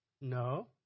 No